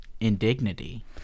indignity